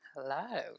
hello